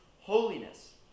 holiness